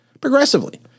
progressively